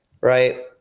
Right